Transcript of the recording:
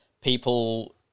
people